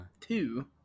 two